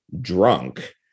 drunk